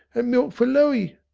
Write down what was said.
an' milk for looey?